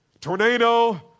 tornado